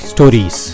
Stories